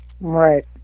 right